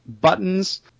buttons